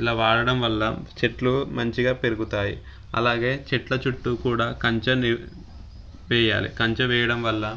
ఇలా వాడడం వల్ల చెట్లు మంచిగా పెరుగుతాయి అలాగే చెట్ల చుట్టూ కూడా కంచెను వేయాలి కంచె వేయడం వల్ల